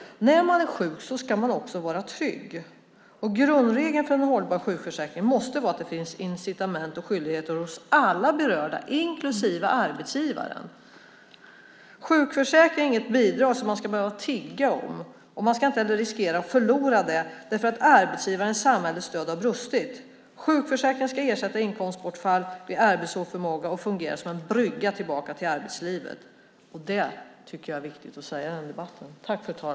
När man är sjuk ska man också vara trygg. Grundregeln för en hållbar sjukförsäkring måste vara att det finns incitament och skyldigheter hos alla berörda, inklusive arbetsgivarna. Sjukförsäkringen är ett bidrag som man inte ska behöva tigga om, och man ska inte heller riskera att förlora det för att arbetsgivarens och samhällets stöd brustit. Sjukförsäkringen ska ersätta inkomstbortfall vid arbetsoförmåga och fungera som en brygga tillbaka till arbetslivet. Det tycker jag är viktigt att säga i den här debatten.